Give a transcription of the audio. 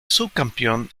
subcampeón